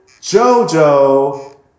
JoJo